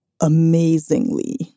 amazingly